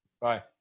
Bye